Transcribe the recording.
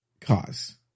cause